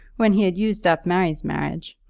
when he had used up mary's marriage,